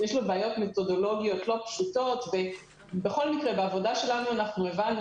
יש לו בעיות מתודולוגיות לא פשוטות ובכל מקרה בעבודה שלנו אנחנו הבנו